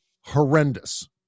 horrendous